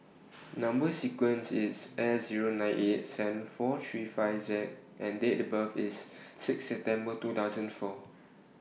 Number sequence IS S Zero nine eight seven four three five Z and Date of birth IS six September two thousand and four